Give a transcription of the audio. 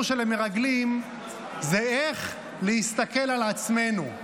של המרגלים זה איך להסתכל על עצמנו.